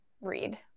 read